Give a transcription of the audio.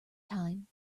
time